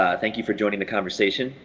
thank you for joining the conversation.